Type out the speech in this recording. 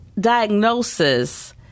diagnosis